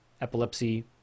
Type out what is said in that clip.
epilepsy